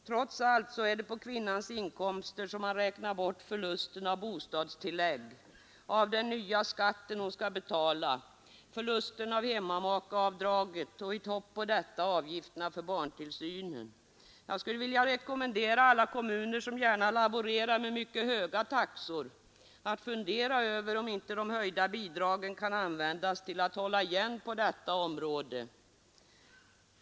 Trots allt är det på kvinnans inkomster som man räknar bort förlusten av bostadstillägg, av den nya skatten hon skall betala, förlusten av hemmamakeavdraget och i topp på detta avgifterna för barntillsynen. Jag skulle vilja rekommendera alla kommuner som gärna laborerar med mycket höga taxor att fundera över om inte de höjda bidragen kan användas till att hålla igen på detta område.